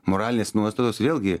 moralinės nuostatos vėlgi